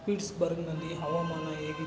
ಪಿಟ್ಸ್ಬರ್ಗ್ನಲ್ಲಿ ಹವಾಮಾನ ಹೇಗೆ